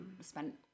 spent